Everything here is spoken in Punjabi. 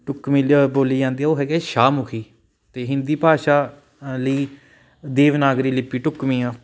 ਢੁਕਵੀਂ ਲ ਬੋਲੀ ਜਾਂਦੀ ਆ ਉਹ ਹੈਗੀ ਹੈ ਸ਼ਾਹਮੁਖੀ ਅਤੇ ਹਿੰਦੀ ਭਾਸ਼ਾ ਲਈ ਦੇਵਨਾਗਰੀ ਲਿਪੀ ਢੁੱਕਵੀਂ ਆ